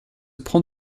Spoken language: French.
prend